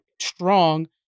strong